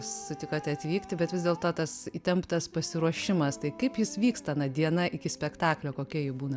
sutikote atvykti bet vis dėlto tas įtemptas pasiruošimas tai kaip jis vyksta na diena iki spektaklio kokia ji būna